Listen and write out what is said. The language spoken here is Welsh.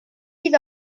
sydd